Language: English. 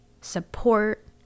support